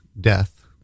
death